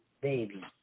baby